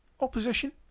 opposition